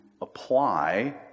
apply